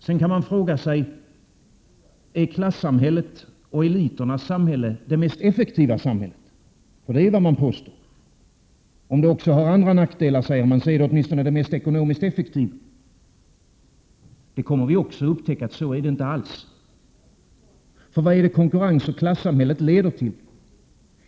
Sedan kan man fråga sig: Är klassamhället och eliten av samhälle det mest effektiva samhället? Det är ju vad som påstås. Om det också har andra nackdelar, säger man, är det åtminstone det ekonomiskt mest effektiva. Vi kommer också att upptäcka att så är det inte alls. För vad är det konkurrensoch klassamhället leder till?